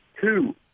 two